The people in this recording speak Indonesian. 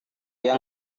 dia